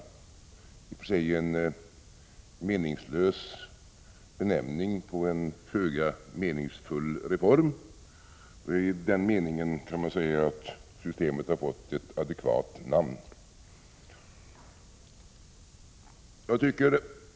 Det är i och för sig en meningslös benämning på en föga meningsfull reform. I denna mening kan man säga att systemet har fått ett adekvat namn.